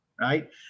right